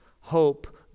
hope